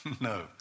No